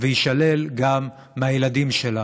ויישלל גם מהילדים שלה.